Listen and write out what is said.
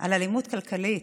על אלימות כלכלית.